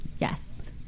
Yes